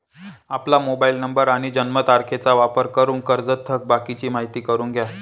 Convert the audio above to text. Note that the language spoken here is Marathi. आपला मोबाईल नंबर आणि जन्मतारखेचा वापर करून कर्जत थकबाकीची माहिती जाणून घ्या